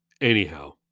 Anyhow